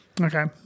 Okay